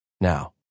now